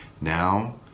Now